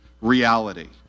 reality